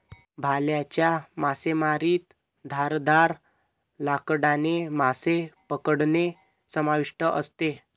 भाल्याच्या मासेमारीत धारदार लाकडाने मासे पकडणे समाविष्ट असते